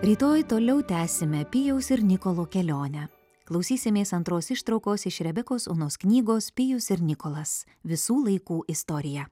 rytoj toliau tęsime pijaus ir nikolo kelionę klausysimės antros ištraukos iš rebekos onos knygos pijus ir nikolas visų laikų istorija